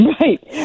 right